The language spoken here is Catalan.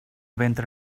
ventre